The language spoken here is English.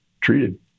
treated